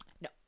No